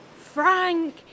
Frank